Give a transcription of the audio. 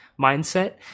mindset